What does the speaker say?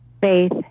faith